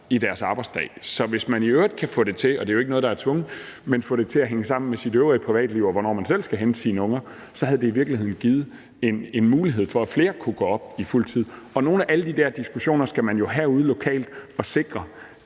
i deres arbejdsdag. Og det er jo ikke noget, der er tvunget, men hvis man i øvrigt kan få det til at hænge sammen med sit øvrige privatliv, og hvornår man selv skal hente sine unger, så har det i virkeligheden givet en mulighed for, at flere har kunnet gå op i fuld tid, og nogle af alle de der diskussioner skal man jo have ude lokalt. Man skal